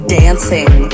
dancing